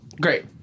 great